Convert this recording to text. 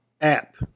app